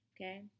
okay